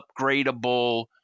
upgradable